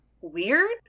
weird